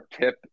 tip